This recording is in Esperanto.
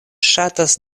ŝatas